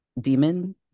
demon